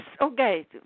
okay